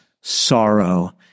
sorrow